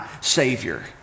savior